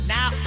Now